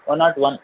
one not one